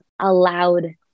allowed